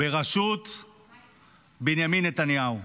בראשות בנימין נתניהו,